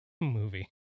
movie